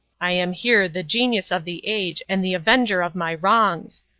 i am here, the genius of the age, and the avenger of my wrongs.